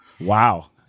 Wow